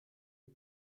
vue